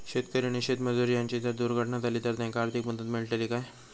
शेतकरी आणि शेतमजूर यांची जर दुर्घटना झाली तर त्यांका आर्थिक मदत मिळतली काय?